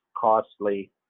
costly